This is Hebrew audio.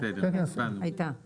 הייתה כבר.